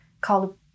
called